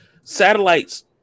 Satellites